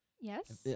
Yes